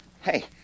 Hey